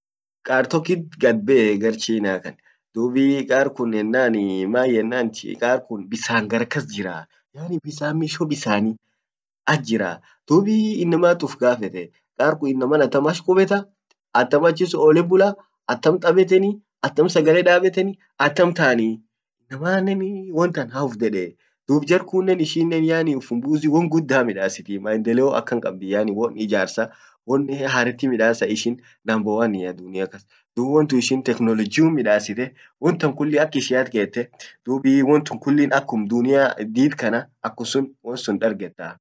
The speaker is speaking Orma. kar tokkit gad bee gar chinakan kan, dub kar kun ennan maan ennan kar kun bissan gara kas jiraa, bisan isho bisanni, dub inamat uf gaffete kar kun inaman akam ash kubbeta atam acchisun olle bula, atam tabetteni, atam sagale dabeteni, atam taani annen won tan hauf dhedee dub jar kunnen ishinnen yaani ujuzi won gudda midasitii maendeleo akan kabdii, yaani won ijarsa won haretti midasati namba wannia dunia kan kas dub wontun ishin technologium midassite dub won tan kulli ak ishiat kette dub wontun kulli akkum dunia did kana akum sun wonsun dargedaa